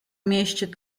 mieście